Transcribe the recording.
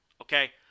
okay